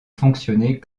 fonctionner